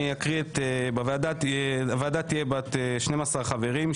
אני אקריא: הוועדה תהיה בת 12 חברים,